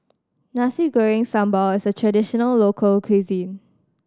Nasi Goreng Sambal is a traditional local cuisine